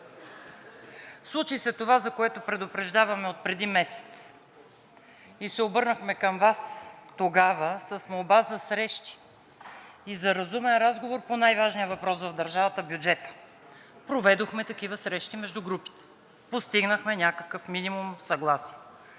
Случи се това, за което предупреждавам отпреди месец, и се обърнах към Вас тогава с молба за срещи и за разумен разговор по най-важния въпрос за държавата – бюджета. Проведохме такива срещи между групите, постигнахме някакъв минимум съгласие,